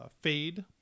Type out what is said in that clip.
fade